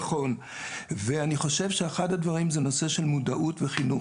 אני חושב שאחד הדברים זה נושא של מודעות וחינוך.